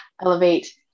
elevate